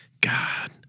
God